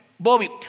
Bobby